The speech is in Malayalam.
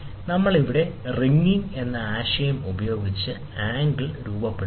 വീണ്ടും ഇവിടെ നമ്മൾ റിംഗിംഗ് എന്ന ആശയം ഉപയോഗിച്ച് ആംഗിൾ രൂപപ്പെടുത്തുന്നു